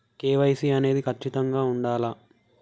KYC అనేది ఖచ్చితంగా ఉండాలా?